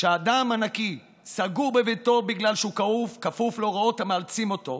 שהאדם הנקי סגור בביתו בגלל שהוא כפוף להוראות המאלצות אותו,